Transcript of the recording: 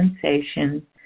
sensation